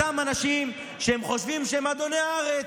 אותם אנשים שהם חושבים שהם אדוני הארץ,